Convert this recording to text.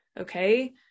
okay